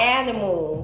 animal